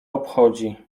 obchodzi